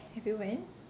have you went